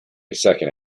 second